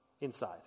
inside